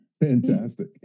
Fantastic